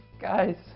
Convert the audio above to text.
Guys